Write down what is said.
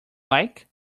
like